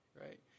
right